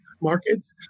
markets